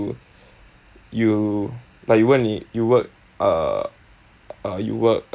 you like you work in you work uh uh you work